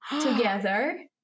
together